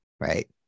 Right